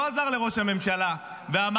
לא עזר לראש הממשלה ואמר,